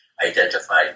identified